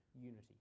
unity